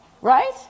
Right